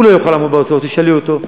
הוא לא יוכל לעמוד בהוצאות, תשאלי אותו.